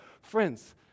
Friends